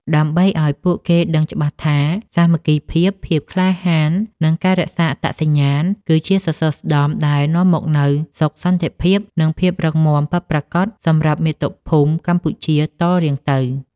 ដើម្បីឱ្យពួកគេដឹងច្បាស់ថា សាមគ្គីភាព ភាពក្លាហាន និងការរក្សាអត្តសញ្ញាណ គឺជាសសរស្តម្ភដែលនាំមកនូវសុខសន្តិភាព និងភាពរឹងមាំពិតប្រាកដសម្រាប់មាតុភូមិកម្ពុជាតរៀងទៅ។